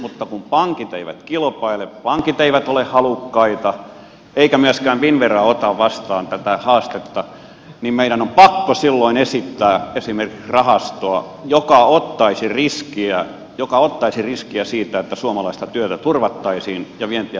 mutta kun pankit eivät kilpaile pankit eivät ole halukkaita eikä myöskään finnvera ota vastaan tätä haastetta niin meidän on pakko silloin esittää esimerkiksi rahastoa joka ottaisi riskiä siitä että suomalaista työtä turvattaisiin ja vientiä voitaisiin helpottaa